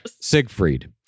Siegfried